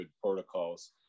protocols